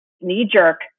knee-jerk